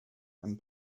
and